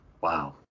Wow